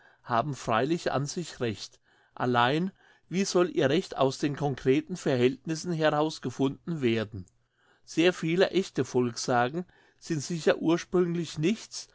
haben freilich an sich recht allein wie soll ihr recht aus den concreten verhältnissen heraus gefunden werden sehr viele echte volkssagen sind sicher ursprünglich nichts